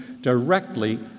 directly